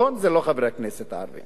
זה לא חברי הכנסת הערבים,